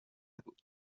بود